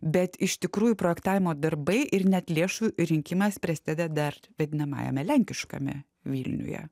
bet iš tikrųjų projektavimo darbai ir net lėšų rinkimas prisideda dar vadinamajame lenkiškame vilniuje